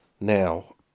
now